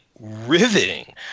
riveting